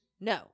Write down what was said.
No